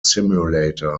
simulator